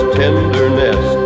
tenderness